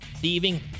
thieving